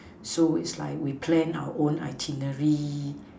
so it's like we plan our own itinerary